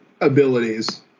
abilities